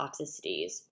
toxicities